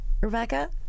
Rebecca